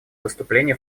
выступления